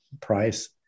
Price